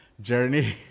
journey